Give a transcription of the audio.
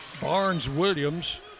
Barnes-Williams